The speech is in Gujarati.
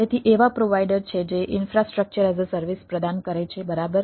તેથી એવા પ્રોવાઈડર છે જે ઇન્ફ્રાસ્ટ્રક્ચર એઝ અ સર્વિસ પ્રદાન કરે છે બરાબર